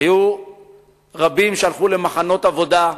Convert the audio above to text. היו רבים שהלכו למחנות עבודה,